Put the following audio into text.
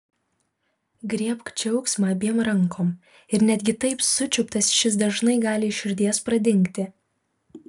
griebk džiaugsmą abiem rankom ir netgi taip sučiuptas šis dažnai gali iš širdies pradingti